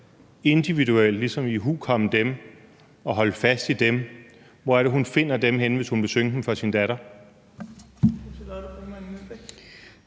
individuelt ligesom skal kunne ihukomme dem og holde fast i dem? Hvor er det, hun finder dem henne, hvis hun vil synge dem for sin datter?